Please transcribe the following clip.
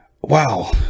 wow